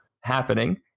happening